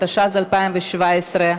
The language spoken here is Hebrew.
התשע"ז 2017,